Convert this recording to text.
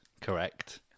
Correct